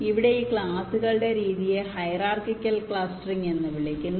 ഇവിടെ ഈ ക്ലാസുകളുടെ രീതികളെ ഹൈറാർക്കിക്കൽ ക്ലസ്റ്ററിംഗ് എന്ന് വിളിക്കുന്നു